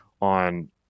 on